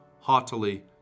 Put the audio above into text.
haughtily